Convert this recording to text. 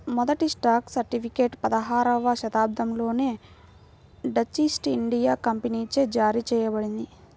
మొదటి stock certificate పదహారవ శతాబ్దంలోనే డచ్ ఈస్ట్ ఇండియా కంపెనీచే జారీ చేయబడింది